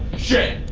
shit!